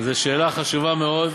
זו שאלה חשובה מאוד.